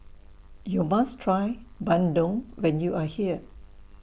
YOU must Try Bandung when YOU Are here